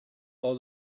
all